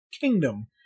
kingdom